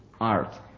art